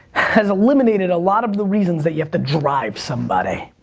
has eliminated a lot of the reasons that you have to drive somebody.